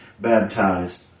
baptized